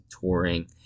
touring